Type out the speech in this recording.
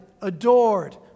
adored